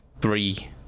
three